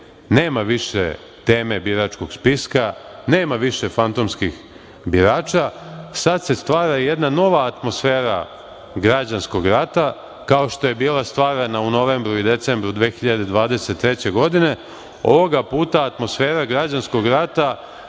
Nema više teme biračkog spiska. Nema više fantomskih birača. Sada se stvara jedna nova atmosfera građanskog rata, kao što je bila stvarana u novembru i decembru 2023. godine. Ovoga puta atmosfera građanskog rata